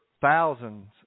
thousands